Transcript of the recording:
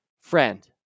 friend